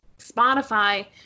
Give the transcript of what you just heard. Spotify